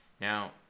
Now